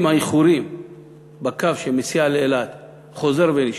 אם האיחור בקו שמסיע לאילת חוזר ונשנה,